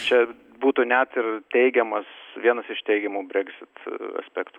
čia būtų net ir teigiamas vienas iš teigiamų brexit aspektų